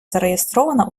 зареєстрована